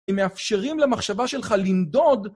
הם מאפשרים למחשבה שלך לנדוד.